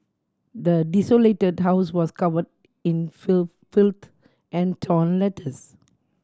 the desolated house was cover in filth and torn letters